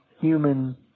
human